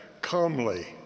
calmly